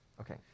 okay